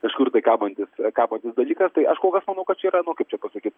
kažkur tai kabantis kabantis dalykas tai aš kol kas manau kad čia yra nu kaip čia pasakyt